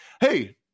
Hey